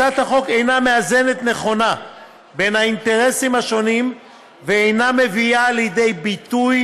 הצעת החוק אינה מאזנת נכונה בין האינטרסים ואינה מביאה לידי ביטוי